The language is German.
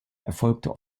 erfolgte